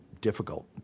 difficult